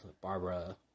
Barbara